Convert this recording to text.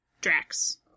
Drax